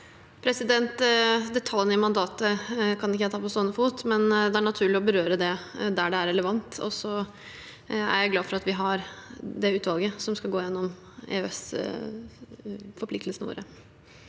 Detaljene i man- datet kan jeg ikke ta på stående fot, men det er naturlig å berøre det der det er relevant. Jeg er glad for at vi har det utvalget som skal gå igjennom EØS-forpliktelsene våre.